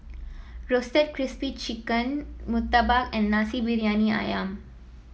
Roasted Crispy Spring Chicken murtabak and Nasi Briyani ayam